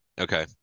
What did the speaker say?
Okay